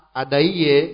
adaiye